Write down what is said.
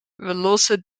lossen